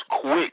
quick